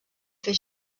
fer